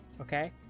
okay